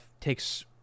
takes